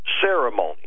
ceremony